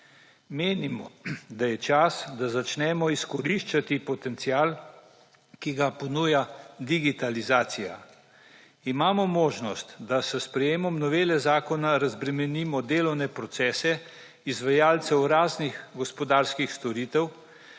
Menimo, da je čas, da začnemo izkoriščati potencial, ki ga ponuja digitalizacija. Imamo možnost, da s sprejemom novele zakona razbremenimo delovne procese izvajalcev raznih gospodarskih storitev,